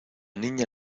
niña